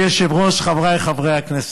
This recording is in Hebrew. אדוני היושב-ראש, חבריי חברי כנסת,